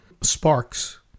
sparks